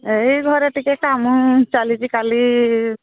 ଏଇ ଘରେ ଟିକେ କାମ ଚାଲିଛି କାଲି